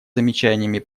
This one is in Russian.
замечаниями